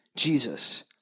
Jesus